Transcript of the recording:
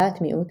בדעת מיעוט,